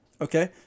Okay